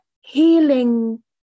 healing